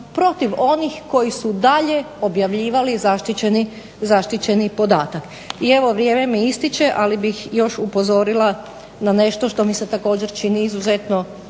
protiv onih koji su dalje objavljivali zaštićeni podatak? I evo vrijeme mi ističe, ali bih još upozorila na nešto što mi se također čini izuzetno